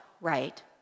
right